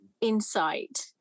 insight